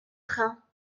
train